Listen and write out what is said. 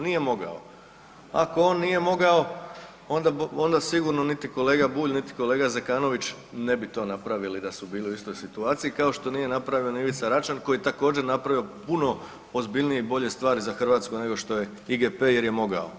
Nije mogao, ako on nije mogao onda sigurno niti kolega Bulj, niti kolega Zekanović ne bi to napravili da su bili u istoj situaciji kao što nije napravio ni Ivica Račan koji je također napravio puno ozbiljnije i bolje stvari za Hrvatsku nego što je IGP jer je mogao.